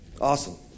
Awesome